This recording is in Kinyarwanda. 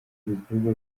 bikorwa